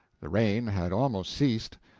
the rain had almost ceased,